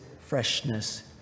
freshness